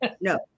no